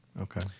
Okay